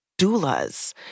doulas